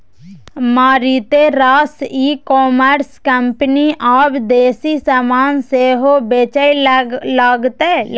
मारिते रास e commerce company आब देसी समान सेहो बेचय लागलै